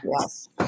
Yes